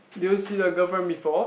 did you see the girlfriend before